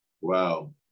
Wow